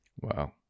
Wow